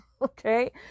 Okay